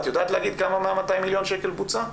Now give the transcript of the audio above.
את יודעת להגיד כמה מה-200 מיליון שקל בוצע?